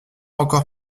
encore